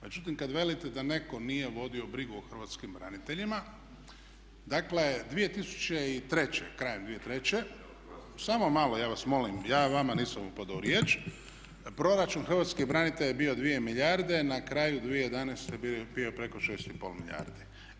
Međutim, kad velite da netko nije vodio brigu o Hrvatskim braniteljima, dakle 2003., dakle krajem 2003., samo malo ja vas molim, ja vama nisam upadao u riječ, proračun Hrvatskih branitelja je bio 2 milijarde na kraju 2011.bio je preko 6,5 milijardi.